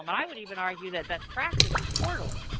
um i would even argue that best practice is quarterly.